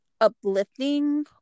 uplifting